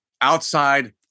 outside